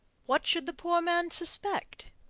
what should the poor man suspect?